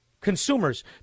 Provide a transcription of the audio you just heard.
consumers